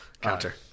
counter